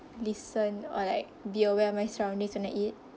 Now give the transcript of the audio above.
listen or like be aware of my surroundings when I eat